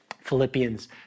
Philippians